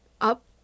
up